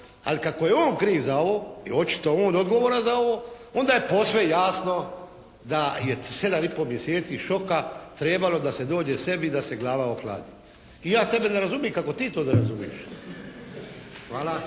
Ali kako je on kriv za ovo i očito je on odgovoran za ovo, onda je posve jasno da je 7 i pol mjeseci šoka trebalo da se dođe sebi i da se glava ohladi. I ja tebe ne razumijem kako ti to ne razumiješ.